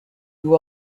who